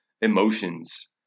Emotions